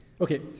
Okay